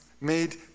made